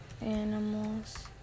animals